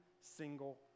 single